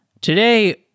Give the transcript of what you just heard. Today